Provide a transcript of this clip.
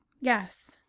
yes